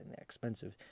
expensive